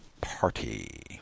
party